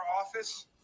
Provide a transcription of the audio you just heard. office